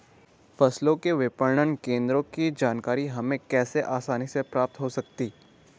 फसलों के विपणन केंद्रों की जानकारी हमें कैसे आसानी से प्राप्त हो सकती?